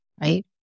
right